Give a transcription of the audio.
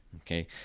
okay